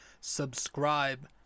subscribe